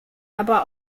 aber